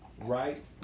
Right